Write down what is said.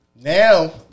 now